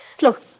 Look